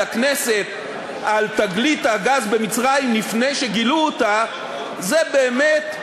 לכנסת על תגלית הגז במצרים לפני שגילו אותה זה באמת,